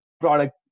product